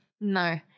No